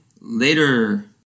later